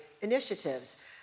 initiatives